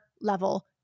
level